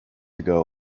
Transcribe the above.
ago